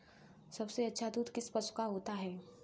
सबसे अच्छा दूध किस पशु का होता है?